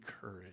courage